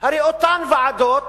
הרי אותן ועדות